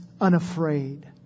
unafraid